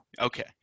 Okay